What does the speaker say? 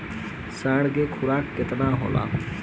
साढ़ के खुराक केतना होला?